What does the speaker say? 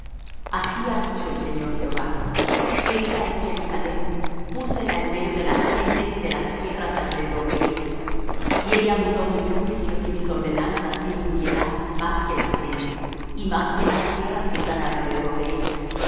así ha dicho el señor jehová esta es jerusalem púsela en medio de las gentes y de las tierras alrededor de ella y ella mudó mis juicios y mis ordenanzas en impiedad más que las gentes y más que las tierras que están alrededor de ella